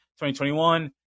2021